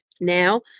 now